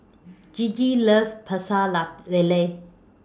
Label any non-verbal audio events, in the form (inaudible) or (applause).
Gigi loves Pecel (unintelligible) Lele